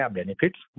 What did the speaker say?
benefits